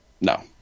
No